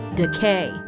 ，decay 。